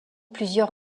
plusieurs